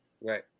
Right